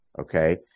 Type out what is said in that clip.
okay